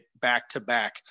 back-to-back